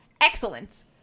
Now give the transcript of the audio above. Excellent